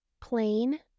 plain